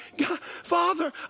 father